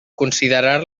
considerar